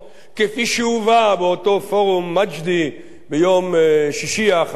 כפי שהובא באותו פורום מאג'די ביום שישי האחרון.